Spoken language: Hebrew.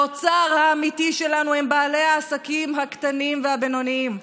האוצר האמיתי שלנו הם בעלי העסקים הקטנים והבינוניים.